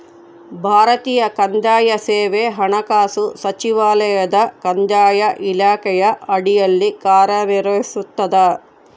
ಭಾರತೀಯ ಕಂದಾಯ ಸೇವೆ ಹಣಕಾಸು ಸಚಿವಾಲಯದ ಕಂದಾಯ ಇಲಾಖೆಯ ಅಡಿಯಲ್ಲಿ ಕಾರ್ಯನಿರ್ವಹಿಸ್ತದ